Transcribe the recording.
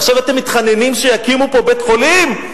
עכשיו אתם מתחננים שיקימו פה בית-חולים?